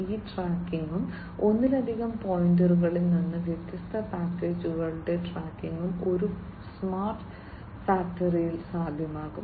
ഈ ട്രാക്കിംഗും ഒന്നിലധികം പോയിന്റുകളിൽ നിന്ന് ഈ വ്യത്യസ്ത പാക്കേജുകളുടെ ട്രാക്കിംഗും ഒരു സ്മാർട്ട് ഫാക്ടറിയിൽ സാധ്യമാകും